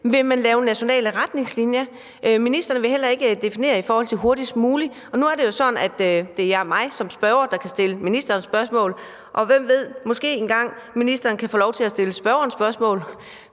Vil man lave nationale retningslinjer? Ministeren vil heller ikke definere, i forhold til hvad der er hurtigst muligt. Og nu er det jo sådan, at det er mig som spørger, der kan stille ministeren spørgsmål. Og hvem ved, måske kan ministeren engang få lov til at stille spørgeren spørgsmål.